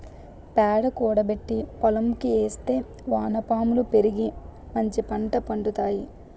పేడ కూడబెట్టి పోలంకి ఏస్తే వానపాములు పెరిగి మంచిపంట పండుతాయి